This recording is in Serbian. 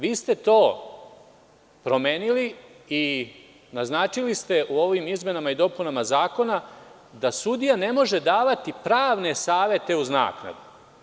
Vi ste to promenili i naznačili ste u ovim izmenama i dopunama zakona da sudija ne može davati pravne savete uz naknadu.